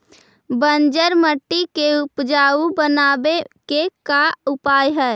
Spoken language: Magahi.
बंजर मट्टी के उपजाऊ बनाबे के का उपाय है?